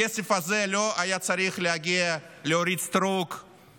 הכסף הזה לא היה צריך להגיע לאורית סטרוק,